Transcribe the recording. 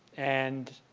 and